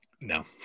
No